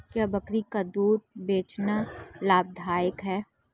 क्या बकरी का दूध बेचना लाभदायक है?